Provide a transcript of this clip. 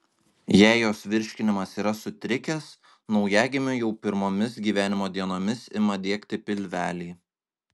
jei jos virškinimas yra sutrikęs naujagimiui jau pirmomis gyvenimo dienomis ima diegti pilvelį